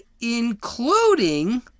including